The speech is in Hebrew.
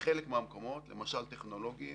בחלק מהמקומות, למשל, טכנולוגים,